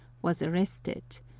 was arrested.